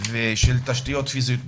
של תשתיות פיזיות בכלל.